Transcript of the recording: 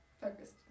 Focused